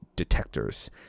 detectors